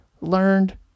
learned